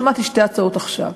שמעתי שתי הצעות עכשיו,